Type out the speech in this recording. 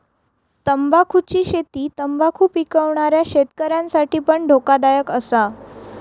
तंबाखुची शेती तंबाखु पिकवणाऱ्या शेतकऱ्यांसाठी पण धोकादायक असा